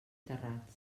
terrats